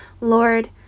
Lord